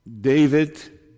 David